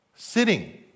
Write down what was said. Sitting